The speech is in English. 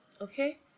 Okay